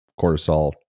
cortisol